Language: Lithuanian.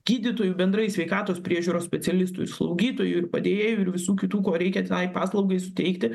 gydytojų bendrai sveikatos priežiūros specialistų ir slaugytojų ir padėjėjų ir visų kitų ko reikia tenai paslaugai suteikti